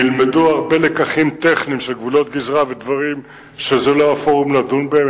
נלמדו הרבה לקחים טכניים של גבולות גזרה ודברים שזה לא הפורום לדון בהם,